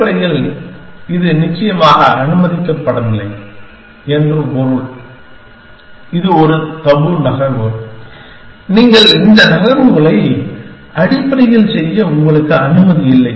அடிப்படையில் இது நிச்சயமாக அனுமதிக்கப்படவில்லை என்று பொருள் இது ஒரு தபூ நகர்வு நீங்கள் அந்த நகர்வுகளை அடிப்படையில் செய்ய உங்களுக்கு அனுமதி இல்லை